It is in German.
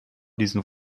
diesen